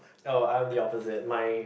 oh I'm the opposite my